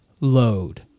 load